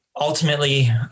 ultimately